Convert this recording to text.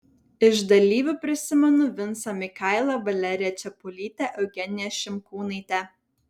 iš dalyvių prisimenu vincą mikailą valeriją čepulytę eugeniją šimkūnaitę